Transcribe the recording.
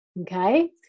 Okay